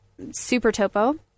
Supertopo